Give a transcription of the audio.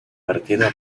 partido